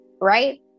right